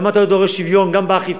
למה אתה לא דורש שוויון גם באכיפה,